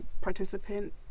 participant